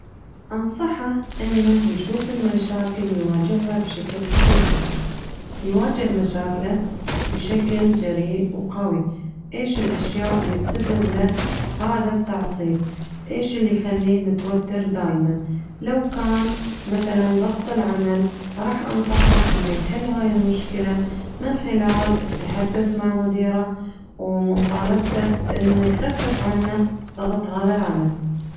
أنصحه إنه يشوف المشاكل ويواجهها بشكل حقيقي يواجه مشاكله بشكل جريء وقوي إيش الأشياء اللي تسبب له هذا التعصيب إيش اللي يخليه متوتر دايماً لو كان مثلاً ضغط العمل رح أنصحه إنه يحل هاي المشكلة من خلال التحدث مع مديره ومطالبته بإنه يخفف عنه ضغط هذا العمل.